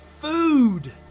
food